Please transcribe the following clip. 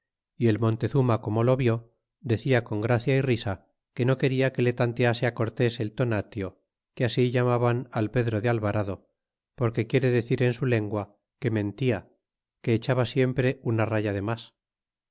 y el montezuma como lo vió decia con gracia y risa que no quena que le tantease cortés el tonatio que así llamaban al pedro de alvarado porque hacia mucho ixoxol en lo que tanteaba que quiere decir en su lengua que mentia que echaba siempre una raya de mas